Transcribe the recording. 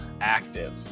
active